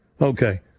Okay